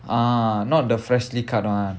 ah not the freshly cut [one]